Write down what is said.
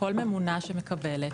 כל ממונה שמקבלת,